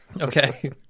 Okay